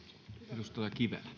arvoisa